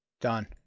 Done